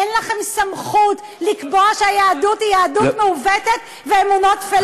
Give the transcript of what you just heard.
אין לכם סמכות לקבוע שהיהדות היא יהדות מעוותת ואמונות טפלות.